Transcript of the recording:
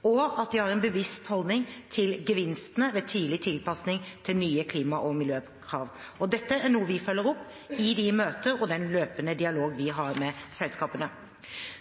og at de har en bevisst holdning til gevinstene ved tidlig tilpasning til nye klima- og miljøkrav. Dette er noe vi følger opp i de møter og den løpende dialog vi har med selskapene.